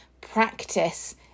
practice